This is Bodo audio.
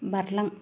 बारलां